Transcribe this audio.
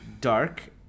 dark